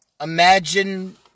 imagine